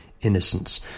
innocence